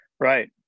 Right